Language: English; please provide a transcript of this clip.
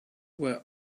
were